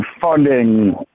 funding